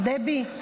דבי,